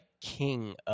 king